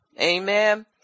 Amen